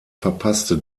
verpasste